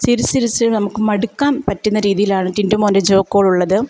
ചിരിച്ച് ചിരിച്ച് നമുക്ക് മടുക്കാൻ പറ്റുന്ന രീതിയിലാണ് ടിൻറ്റു മോൻ്റെ ജോക്കുകൾ ഉള്ളത്